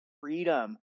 freedom